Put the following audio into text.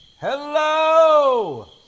Hello